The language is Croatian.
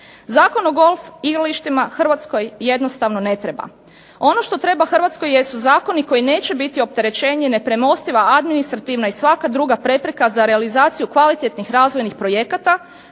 Zakon o golf igralištima Hrvatskoj jednostavno ne treba. Ono što treba Hrvatskoj jesu zakoni koji neće biti opterećenje, nepremostiva administrativna i svaka druga prepreka za realizaciju kvalitetnih razvojnih projekata,